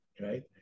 right